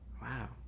Wow